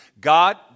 God